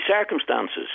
circumstances